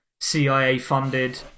CIA-funded